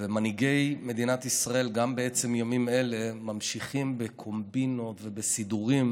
ומנהיגי מדינת ישראל גם בעצם ימים אלה ממשיכים בקומבינות ובסידורים.